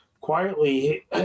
quietly